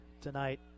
tonight